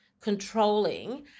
controlling